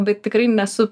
bet tikrai nesu